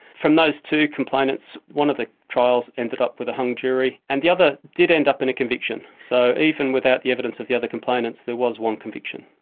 from those two complainants one of the trials ended up with a hung jury and the other did end up in a conviction. so even without the evidence of the other complainants there was one conviction.